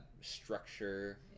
structure